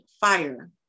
fire